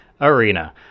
Arena